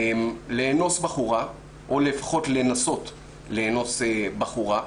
לאנוס בחורה, או לפחות לנסות לאנוס בחורה.